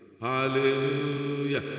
Hallelujah